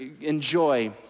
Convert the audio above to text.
enjoy